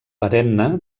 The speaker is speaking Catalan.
perenne